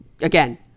Again